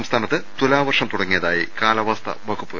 സംസ്ഥാനത്ത് തുലാവർഷം തുടങ്ങിയതായി കാലാവസ്ഥാ വകുപ്പ്